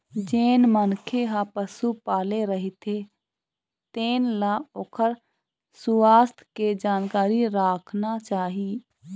जेन मनखे ह पशु पाले रहिथे तेन ल ओखर सुवास्थ के जानकारी राखना चाही